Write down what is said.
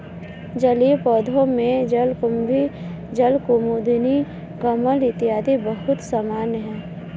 जलीय पौधों में जलकुम्भी, जलकुमुदिनी, कमल इत्यादि बहुत सामान्य है